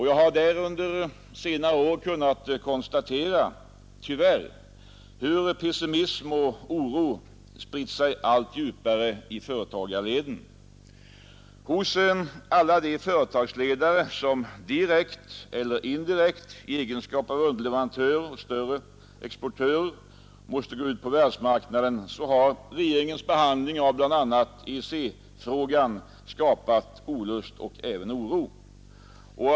Jag har under senare år tyvärr kunnat konstatera hur pessimism och oro spritt sig allt djupare i företagarleden. Hos alla de företagsledare som direkt eller indirekt i egenskap av underleverantörer åt större exportörer måste gå ut på världsmarknaden har regeringens behandling av EEC-frågan skapat olust och oro.